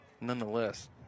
nonetheless